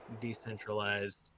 decentralized